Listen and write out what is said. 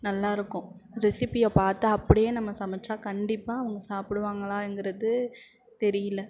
நல்லாயிருக்கும் ரெஸிப்பியை பார்த்து அப்படியே நம்ம சமைச்சா கண்டிப்பாக அவங்க சாப்பிடுவாங்களாங்கிறது தெரியல